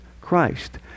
Christ